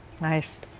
Nice